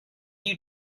you